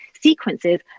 sequences